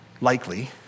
likely